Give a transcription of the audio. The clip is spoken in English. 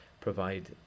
provide